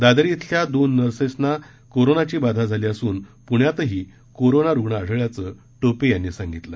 दादर इथल्या दोन नर्सना कोरोनाची बाधा झाली असून प्ण्यातही कोरोना रूग्ण आ ळल्याचं टोपे यांनी सांगितलं